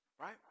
right